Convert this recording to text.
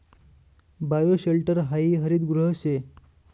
bioshelter हायी हरितगृह शे